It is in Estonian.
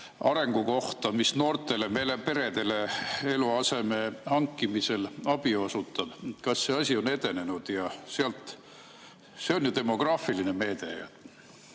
arengu kohta, mis noortele peredele eluaseme hankimisel abi osutab? Kas see asi on edenenud? See on ju demograafiline meede.